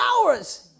hours